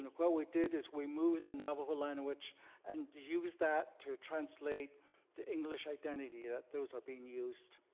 and what we did is we moved the navajo language and use that to translate the english identity, that those are being used.